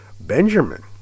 Benjamin